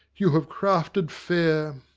you have crafted fair!